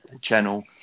channel